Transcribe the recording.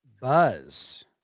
Buzz